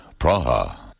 Praha